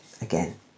again